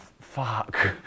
fuck